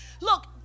Look